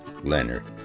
Leonard